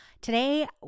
Today